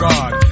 God